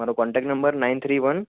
મારો contact number nine three one